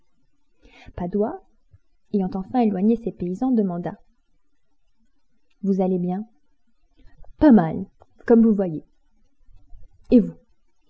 padoie ayant enfin éloigné ses paysans demanda vous allez bien pas mal comme vous voyez et vous